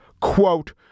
quote